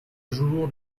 jour